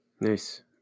Nice